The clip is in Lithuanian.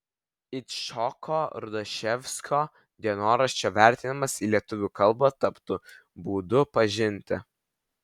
icchoko rudaševskio dienoraščio vertimas į lietuvių kalbą taptų būdu pažinti